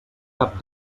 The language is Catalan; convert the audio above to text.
cap